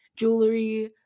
Jewelry